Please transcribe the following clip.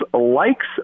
likes